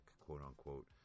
quote-unquote